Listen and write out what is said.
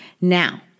Now